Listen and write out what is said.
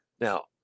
Now